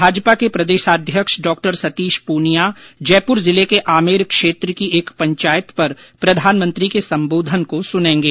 भाजपा प्रदेशाध्यक्ष डॉ सतीश पूनिया जयपुर जिले के आमेर क्षेत्र की एक पंचायत पर प्रधानमंत्री के संबोधन को सुनेंगे